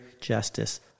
Justice